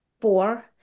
four